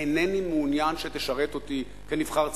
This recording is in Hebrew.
אינני מעוניין שתשרת אותי כנבחר ציבור.